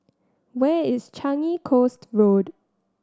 where is Changi Coast Road